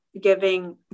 giving